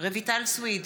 רויטל סויד,